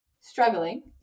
struggling